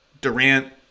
Durant